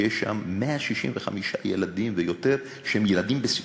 שיש שם 165 ילדים ויותר שהם ילדים בסיכון,